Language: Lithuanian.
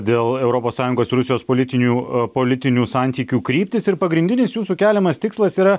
dėl europos sąjungos ir rusijos politinių politinių santykių kryptis ir pagrindinis jūsų keliamas tikslas yra